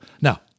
Now